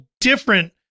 different